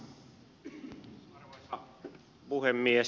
arvoisa puhemies